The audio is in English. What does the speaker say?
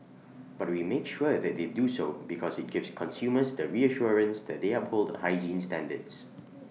but we make sure that they do so because IT gives consumers the reassurance that they uphold hygiene standards